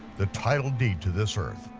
the title deed to this earth,